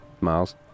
Miles